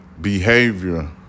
behavior